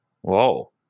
Whoa